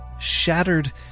Shattered